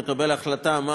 לקבל החלטה מה